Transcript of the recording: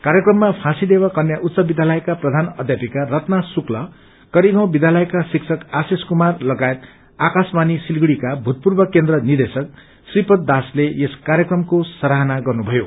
कार्यक्रममा फाँसीदेवा कन्या उच्च विद्यालयका प्रधान अध्यापिका रत्ना शुक्ल करिगाउँ विद्यालयका शिक्षक आशीष कुमार लगायत आकाशवाणी सिलगढ़ीका भूतपूर्व केन्द्र निदेशक श्रीपद दासले यस कार्यक्रमको सराहना गर्नुभयो